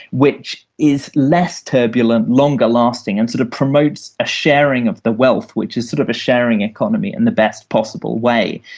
which is less turbulent and longer lasting and sort of promotes a sharing of the wealth, which is sort of a sharing economy in the best possible way.